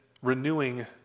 renewing